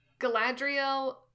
Galadriel